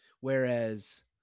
whereas